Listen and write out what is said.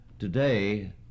Today